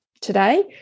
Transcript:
today